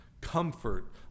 comfort